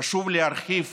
חשוב להרחיב